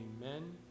amen